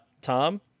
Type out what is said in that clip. Tom